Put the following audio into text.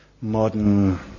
modern